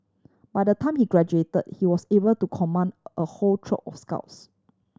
by the time he graduate he was able to command a whole troop of scouts